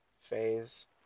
phase